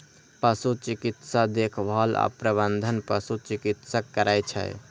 पशु चिकित्सा देखभाल आ प्रबंधन पशु चिकित्सक करै छै